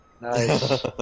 Nice